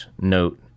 note